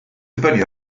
dibynnu